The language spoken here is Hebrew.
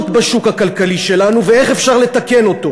בשוק הכלכלי שלנו ואיך אפשר לתקן אותו.